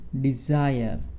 desire